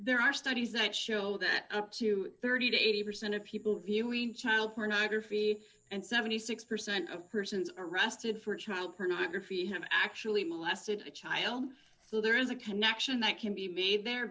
there are studies that show that up to thirty eight percent of people view we child pornography and seventy six percent of persons arrested for child pornography have actually molested a child so there is a connection that can be made there